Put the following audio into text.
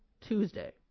Tuesday